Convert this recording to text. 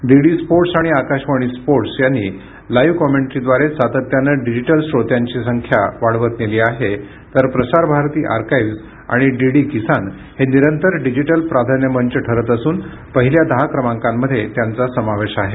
DD sports आणि Akashvani sports यांनी live कॉमेंटरीद्वारे सातत्याने डिजिटल श्रोत्यांची संख्या वाढवत नेली आहे तर प्रसार भारती आर्काईव्ज आणि डीडी किसान हे निरंतर डिजिटल प्राधान्य मंच ठरत असून पहिल्या दहा क्रमांकामध्ये त्यांचा समावेश आहे